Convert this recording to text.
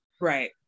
Right